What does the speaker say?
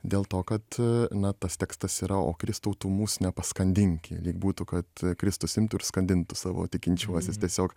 dėl to kad na tas tekstas yra o kristau tu mūsų nepaskandinki lyg būtų kad kristus imtų ir skandintų savo tikinčiuosius tiesiog